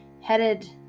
headed